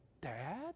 dad